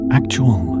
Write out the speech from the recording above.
actual